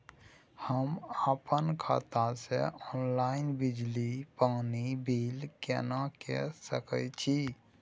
हम अपन खाता से ऑनलाइन बिजली पानी बिल केना के सकै छी?